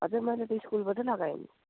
हजुर मैले त स्कुलबाट लगाएँ नि